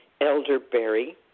Elderberry